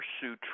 pursue